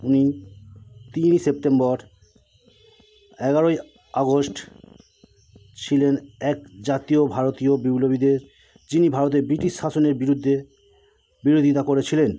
উনি তিরিশে সেপ্টেম্বর এগারোই আগস্ট ছিলেন এক জাতীয় ভারতীয় বিপ্লবীদের যিনি ভারতে ব্রিটিশ শাসনের বিরুদ্ধে বিরোধিতা করেছিলেন